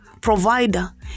provider